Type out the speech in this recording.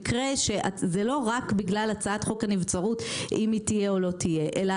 זה לא רק בגלל הצעת חוק הנבצרות אם תהיה או לא תהיה אלא